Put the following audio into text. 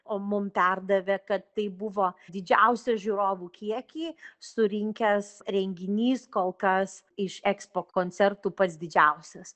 o mum perdavė kad tai buvo didžiausią žiūrovų kiekį surinkęs renginys kol kas iš ekspo koncertų pats didžiausias